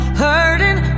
hurting